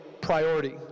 priority